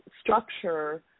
structure